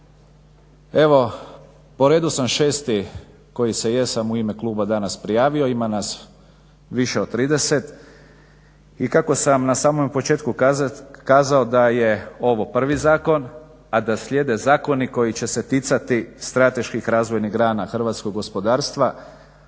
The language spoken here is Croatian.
Evo po redu sam šesti koji se jesam u ime kluba danas prijavio. Ima nas više od trideset i kako sam na samom početku kazao da je ovo prvi zakon a da slijede zakoni koji će se ticati strateških razvojnih grana hrvatskog gospodarstva